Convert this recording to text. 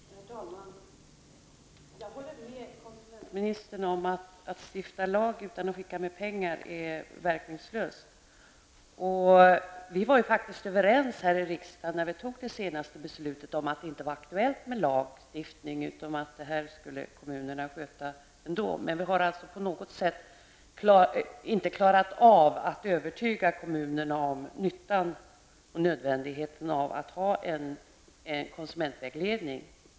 Herr talman! Jag håller med konsumentministern om att det är verkningslöst att stifta en lag utan att så att säga skicka med pengar. Sedan vill jag framhålla att vi när vi fattade det senaste beslutet faktiskt var en överens här i riksdagen om att det inte var aktuellt med lagstiftning. Det här skulle kommunerna sköta ändå. Men på något sätt har vi inte klarat av att övertyga kommunerna om nyttan med och nödvändigheten av en konsumentvägledning.